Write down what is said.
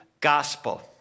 gospel